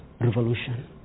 revolution